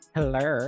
Hello